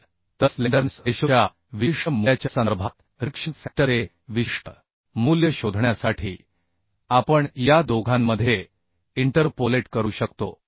असेल तर स्लेंडरनेस रेशोच्या विशिष्ट मूल्याच्या संदर्भात रिडक्शन फॅक्टरचे विशिष्ट मूल्य शोधण्यासाठी आपण या दोघांमध्ये इंटरपोलेट करू शकतो